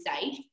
safe